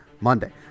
Monday